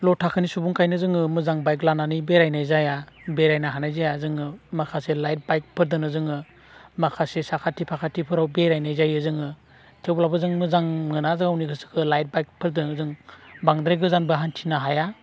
ल' थाखोनि सुबुंखायनो जोङो मोजां बाइक लानानै बेरायनाय जाया बेरायनो हानाय जाया जोङो माखासे लाइथ बाइकफोरदोनो जोङो माखासे साखाथि फाखाथिफोराव बेरायनाय जायो जोङो थेवब्लाबो जों मोजां मोना गावनि गोसोखो लाइथ बाइक फोरदों जों बांद्राय गोजानफोरबो हान्थिनो हाया